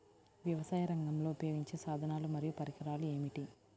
వ్యవసాయరంగంలో ఉపయోగించే సాధనాలు మరియు పరికరాలు ఏమిటీ?